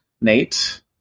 Nate